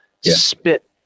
spit